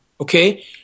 Okay